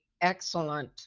excellent